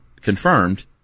confirmed